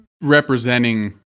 representing